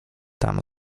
tam